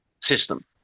system